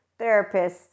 therapists